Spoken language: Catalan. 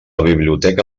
biblioteca